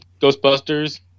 Ghostbusters